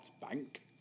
Bank